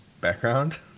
background